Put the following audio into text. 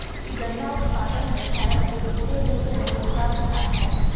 गन्ना उत्पादन मे भारत के पूरे विश्व मे दूसरा स्थान हय